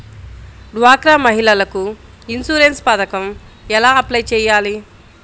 డ్వాక్రా మహిళలకు ఇన్సూరెన్స్ పథకం ఎలా అప్లై చెయ్యాలి?